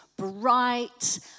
Bright